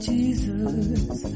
Jesus